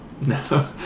No